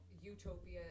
Utopia